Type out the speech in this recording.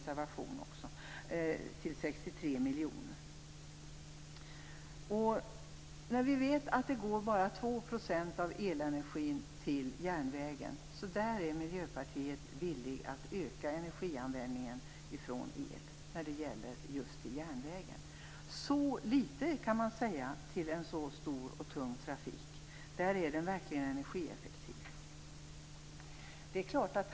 Det tar vi upp i en reservation. Vi vet att bara 2 % av elenergin går till järnvägen. Vi i Miljöpartiet är därför villiga att öka användningen av el just för järnvägens del. Att en så stor och tung trafik drar så litet! Där är den verkligen energieffektiv.